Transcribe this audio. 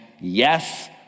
yes